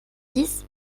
dix